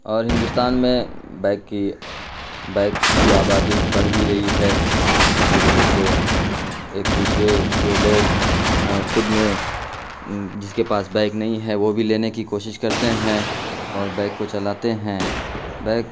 اور ہندوستان میں بائک کی بائک کی آبادی بڑھ بھی رہی ہے جس کی وجہ سے ایک دوسرے جو لوگ خود میں جس کے پاس بائک نہیں ہے وہ بھی لینے کی کوشش کرتے ہیں اور بائک کو چلاتے ہیں بائک